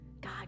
God